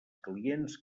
clients